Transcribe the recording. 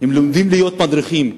הם לומדים להיות מדריכים,